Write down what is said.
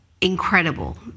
incredible